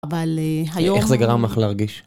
אבל היום... איך זה גרם לך להרגיש?